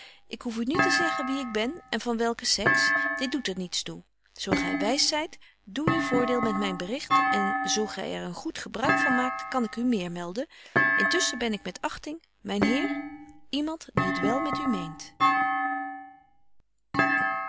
ik hoef u niet te zeggen wie ik ben en van welke sex dit doet er niets toe zo gy wys zyt doe uw voordeel met myn bericht en zo gy er een goed gebruik van maakt kan ik u meer melden intusschen ben ik met achting myn heer iemand die t wel met u meent